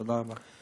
תודה רבה.